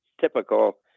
typical